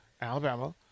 Alabama